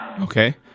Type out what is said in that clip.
Okay